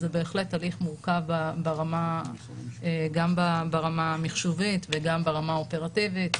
זה בהחלט הליך מורכב גם ברמה המחשובית וגם ברמה האופרטיבית,